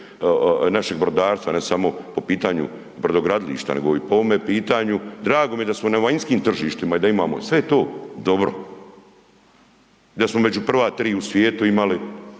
našeg brodarstva, ne samo po pitanju brodogradilišta nego i po ovome pitanju, drago mi je da smo na vanjskim tržištima i da imamo, sve je to dobro i da smo među prva 3 u svijetu imali